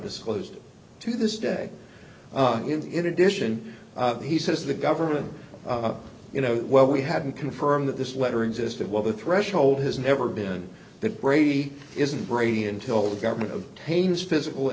disclosed to this day in addition he says the government you know well we haven't confirmed that this letter existed well the threshold has never been that brady isn't brady until the government of pain is physical